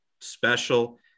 special